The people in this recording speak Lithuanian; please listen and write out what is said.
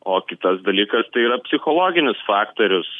o kitas dalykas tai yra psichologinis faktorius